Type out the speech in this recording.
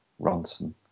Ronson